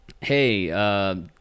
hey